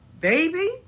Baby